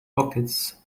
pockets